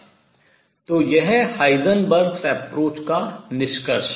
तो यह Heisenberg's approach Heisenberg दृष्टिकोण का निष्कर्ष है